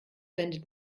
wendet